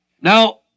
Now